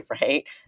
right